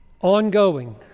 Ongoing